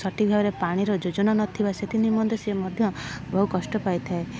ସଠିକ୍ ଭାବରେ ପାଣିର ଯୋଜନା ନଥିବା ସେଥି ନିମନ୍ତେ ସିଏ ମଧ୍ୟ ବହୁ କଷ୍ଟ ପାଇଥାଏ